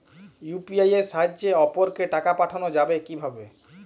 UPI এর সাহায্যে অপরকে টাকা পাঠানো যাবে কিভাবে?